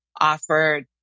offered